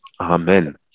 Amen